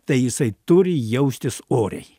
tai jisai turi jaustis oriai